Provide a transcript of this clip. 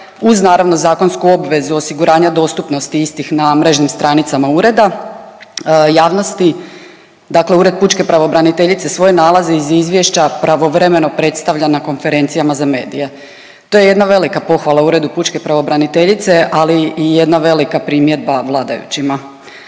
uz naravno zakonsku obvezu osiguranja dostupnosti istih na mrežnim stranicama ureda javnosti. Dakle Ured pučke pravobraniteljice svoje nalaze iz izvješća pravovremeno predstavlja na konferencijama za medije. To je jedna velika pohvala Uredu pučke pravobraniteljice ali i jedna velika primjedba vladajućima.